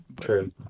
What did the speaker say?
True